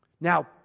Now